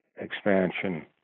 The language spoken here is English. expansion